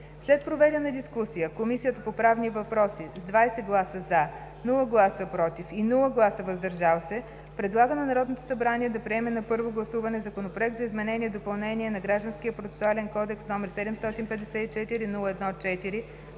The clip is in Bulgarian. След проведената дискусия, Комисията по правни въпроси: - с 20 гласа „за”, без „против“ и „въздържал се” предлага на Народното събрание да приеме на първо гласуване Законопроект за изменение и допълнение на Гражданския процесуален кодекс, № 754-01-4,